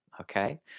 okay